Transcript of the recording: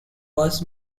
was